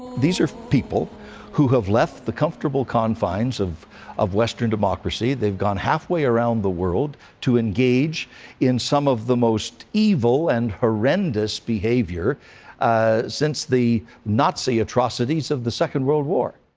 these are people who have left the comfortable confines of of western democracy. they've gone half-way around the world to engage in some of the most evil and horrendous behaviour ah since the nazi atrocities of the second world war.